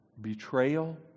Betrayal